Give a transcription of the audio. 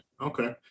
Okay